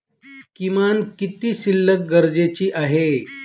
किमान किती शिल्लक गरजेची आहे?